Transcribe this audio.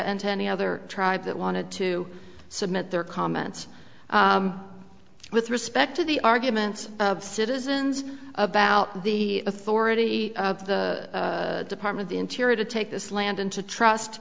and to any other tribe that wanted to submit their comments with respect to the arguments of citizens about the authority of the department of interior to take this land into trust